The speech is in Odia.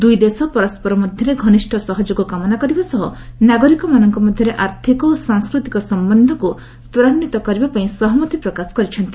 ଦୁଇ ଦେଶ ପରସ୍କର ମଧ୍ୟରେ ଘନିଷ୍ଠ ସହଯୋଗ କାମନା କରିବା ସହ ନାଗରିକମାନଙ୍କ ମଧ୍ୟରେ ଆର୍ଥକ ଓ ସାଂସ୍କୃତିକ ସମ୍ଭନ୍ଧକ୍ ତ୍ୱରାନ୍ୱିତ କରିବାପାଇଁ ସହମତି ପ୍ରକାଶ କରିଛନ୍ତି